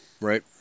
right